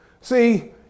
See